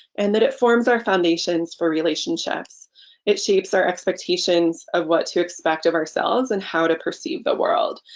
and that it forms our foundations for relationships it shapes our expectations of what to expect of ourselves and how to perceive the world.